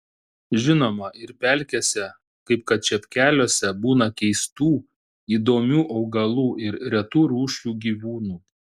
žinoma ir pelkėse kaip kad čepkeliuose būna keistų įdomių augalų ir retų rūšių gyvūnų